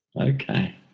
Okay